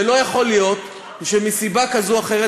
ולא יכול להיות שמסיבה כזאת או אחרת,